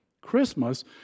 Christmas